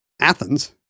Athens